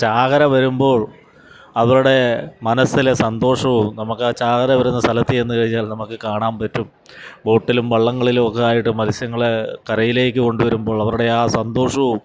ചാകര വരുമ്പോൾ അവരുടെ മനസ്സിലെ സന്തോഷവും നമുക്കാ ചാകര വരുന്ന സ്ഥലത്തു ചെന്ന് കഴിഞ്ഞാൽ നമുക്ക് കാണാൻ പറ്റും ബോട്ടിലും വള്ളങ്ങളിലൊക്കെ ആയിട്ട് മത്സ്യങ്ങളെ കരയിലേക്കു കൊണ്ടുവരുമ്പോൾ അവരുടെ ആ സന്തോഷവും